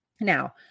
Now